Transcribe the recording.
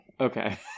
Okay